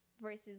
versus